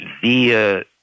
via